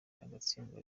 agatsindwa